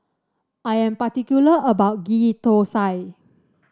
I am particular about Ghee Thosai